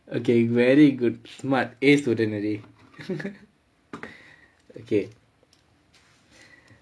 okay very good smart A student already